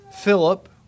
Philip